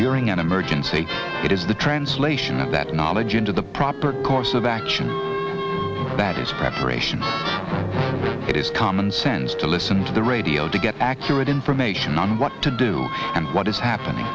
during an emergency it is the translation of that knowledge into the proper course of action that is preparation it is common sense to listen to the radio to get accurate information on what to do and what is happening